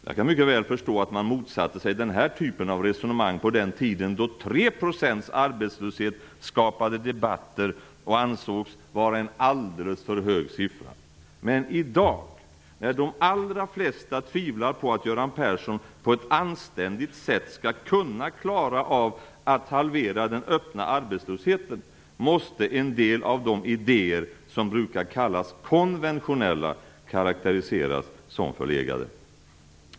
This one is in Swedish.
Jag kan mycket väl förstå att man motsatte sig den här typen av resonemang på den tiden då 3 % arbetslöshet skapade debatter och ansågs vara en alldeles för hög siffra. Men i dag, när de allra flesta tvivlar på att Göran Persson på ett anständigt sätt skall kunna klara av att halvera den öppna arbetslösheten, måste en del av de idéer som brukar kallas konventionella karakteriseras som förlegade.